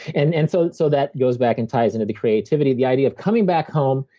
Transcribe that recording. and and so so that goes back and ties into the creativity, the idea of coming back home.